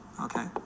Okay